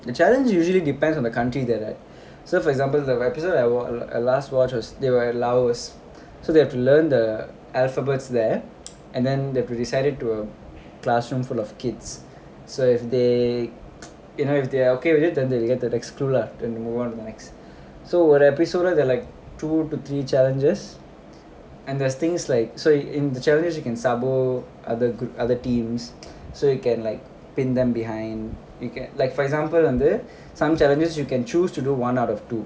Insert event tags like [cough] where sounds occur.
the challenge usually depends on the country that like so for example the episode I w~ I last watch was they were at laos so they have to learn the alphabets there and then they have to recite it to a classroom full of kids so if they [noise] you know if they're okay with it then they'll get the next clue lah to move on to next so ஒரு:oru episode there are like two to three challenges and there's things like so in the challenges you can sabo other group other teams so you can like pin them behind you can like for example வந்து:vandhu some challenges you can choose to do one out of two